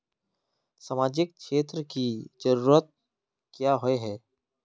सामाजिक क्षेत्र की जरूरत क्याँ होय है?